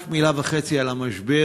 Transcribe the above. רק מילה וחצי על המשבר: